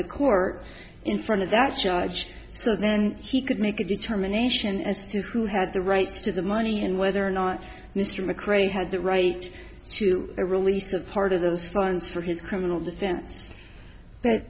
the court in front of that charge so then he could make a determination as to who had the rights to the money and whether or not mr mcrae had the right to release a part of those funds for his criminal defense but